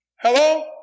Hello